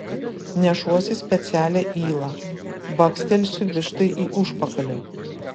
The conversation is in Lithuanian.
nešuosi specialią ylą bakstelsiu vištai į užpakalį